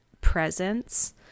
presence